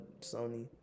Sony